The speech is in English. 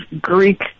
Greek